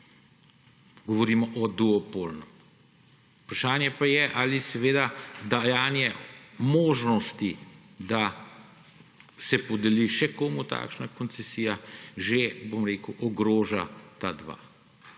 Govorimo o duopolu. Vprašanje pa je, ali dajanje možnosti, da se podeli še komu takšna koncesija, že ogroža ta dva.